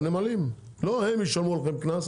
הנמלים; לא הם ישלמו לכם קנס,